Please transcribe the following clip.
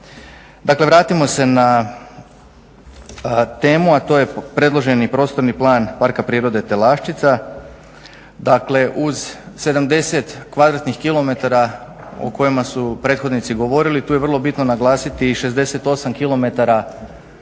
Dakle, vratimo se na temu, a to je predloženi prostorni plan Parka prirode Telašćica. Dakle, uz 70 kvadratnih kilometara o kojima su prethodnici govorili tu je vrlo bitno naglasiti i 68 kilometara